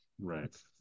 right